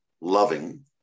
loving